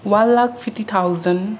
one lakh fifty thousand